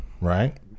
Right